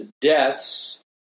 deaths